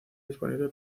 disponible